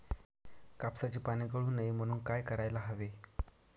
कापसाची पाने गळू नये म्हणून काय करायला हवे?